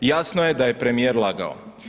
Jasno je da je premijer lagao.